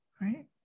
right